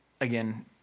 again